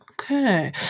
Okay